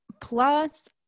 plus